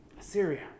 Assyria